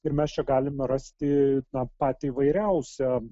ir mes čia galime rasti patį įvairiausią